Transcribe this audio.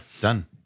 done